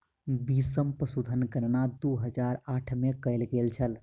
बीसम पशुधन गणना दू हजार अठारह में कएल गेल छल